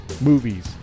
movies